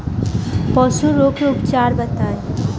पशु रोग के उपचार बताई?